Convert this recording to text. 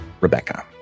rebecca